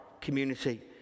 community